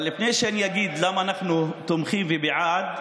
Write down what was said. אבל לפני שאני אגיד למה אנחנו תומכים ובעד,